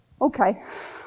okay